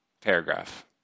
paragraph